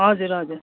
हजुर हजुर